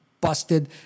busted